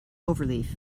overleaf